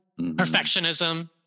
Perfectionism